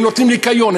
הם נותנים ניקיון,